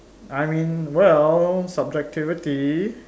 I mean well subjectivity